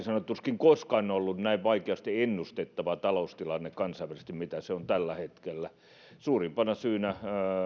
sanottu tuskin koskaan on ollut näin vaikeasti ennustettava taloustilanne kansainvälisesti mitä se on tällä hetkellä suurimpana syynä